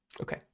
Okay